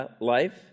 life